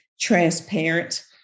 transparent